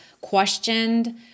questioned